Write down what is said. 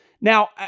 Now